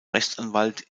rechtsanwalt